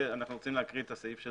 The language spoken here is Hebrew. אנחנו רוצים להקריא את הסעיף של